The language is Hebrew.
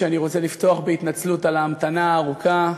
אני רוצה לפתוח בהתנצלות על ההמתנה הארוכה,